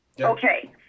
Okay